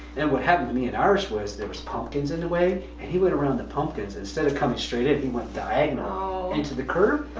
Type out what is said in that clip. and what happened to me and irish was, there was pumpkins in the way and he went around the pumpkins instead of coming straight it he went diagonal into the curb,